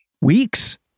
Weeks